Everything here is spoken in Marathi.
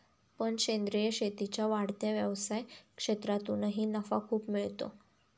पण सेंद्रीय शेतीच्या वाढत्या व्यवसाय क्षेत्रातूनही नफा खूप मिळतो